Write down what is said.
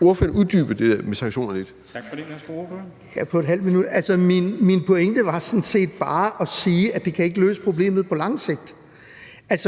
Min pointe var sådan set bare at sige, at det ikke kan løse problemet på lang sigt, og